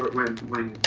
but when we